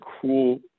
cool